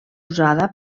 usada